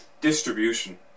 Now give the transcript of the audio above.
Distribution